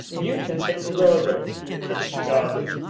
you can take the lower road through the kitchen garden.